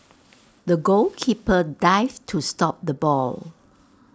the goalkeeper dived to stop the ball